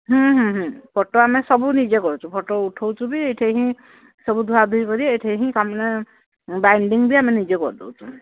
ହୁଁ ହୁଁ ଫଟୋ ଆମେ ସବୁ ନିଜେ କରୁଛୁ ଫଟୋ ଉଠଉଛୁ ବି ଏଇଠି ହିଁ ସବୁ ଧୁଆଧୁଇ କରି ଏଠି ହିଁ ମାନେ ବାଇଣ୍ଡିଙ୍ଗ୍ ବି ଆମେ ନିଜେ କରିଦେଉଛୁ